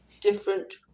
different